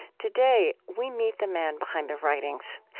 today, we meet the man behind the writings.